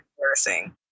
embarrassing